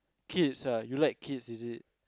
kids ah you like kids is it